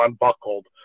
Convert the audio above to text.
unbuckled